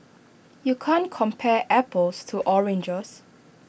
you can't compare apples to oranges